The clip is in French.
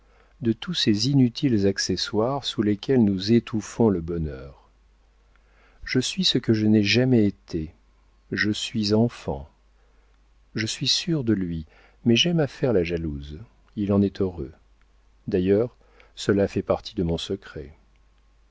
de tous ces inutiles accessoires sous lesquels nous étouffons le bonheur je suis ce que je n'ai jamais été je suis enfant je suis sûre de lui mais j'aime à faire la jalouse il en est heureux d'ailleurs cela fait partie de mon secret